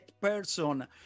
person